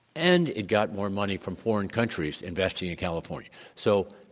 and it got more money from foreign countries investing in california. so,